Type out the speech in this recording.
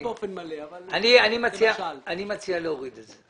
אני מציע להוריד את זה.